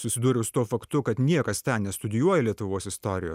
susidūriau su tuo faktu kad niekas ten nestudijuoja lietuvos istorijo